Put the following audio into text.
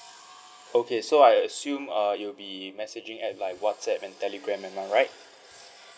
okay so I assume uh you'll be messaging at like whatsapp and telegram am I right